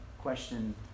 question